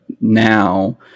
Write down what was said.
now